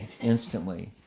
instantly